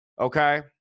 okay